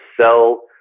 sell